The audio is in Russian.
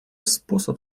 способ